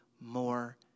more